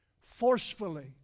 forcefully